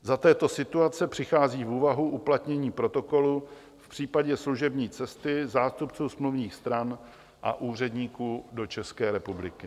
Za této situace přichází v úvahu uplatnění Protokolu v případě služební cesty zástupců smluvních stran a úředníků do České republiky.